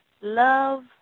Love